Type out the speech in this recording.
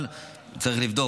אבל צריך לבדוק,